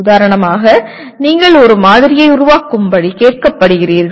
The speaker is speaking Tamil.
உதாரணமாக நீங்கள் ஒரு மாதிரியை உருவாக்கும்படி கேட்கப்படுகிறீர்கள்